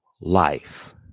life